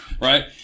right